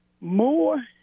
more